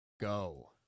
go